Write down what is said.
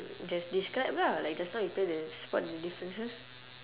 just describe lah like just now you play the spot the differences